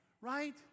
right